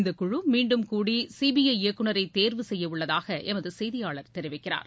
இந்தக்குழு மீண்டும் கூடி சிபிஐ இயக்குனரை தேர்வு செய்யவுள்ளதாக எமது செய்தியாளர் தெரிவிக்கிறார்